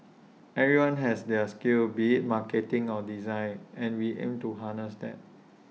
everyone has their skills be marketing or design and we aim to harness that